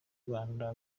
rwanda